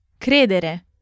Credere